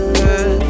good